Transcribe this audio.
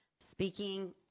speaking